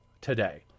today